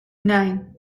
nine